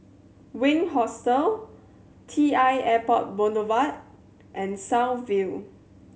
Wink Hostel T I Airport Boulevard and South View